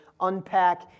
unpack